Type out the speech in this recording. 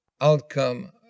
outcome